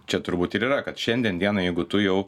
čia turbūt ir yra kad šiandien dienai jeigu tu jau